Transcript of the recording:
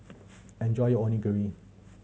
enjoy your Onigiri